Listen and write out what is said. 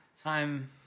time